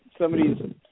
somebody's